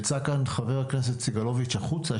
יצא חבר הכנסת סגלוביץ' החוצה,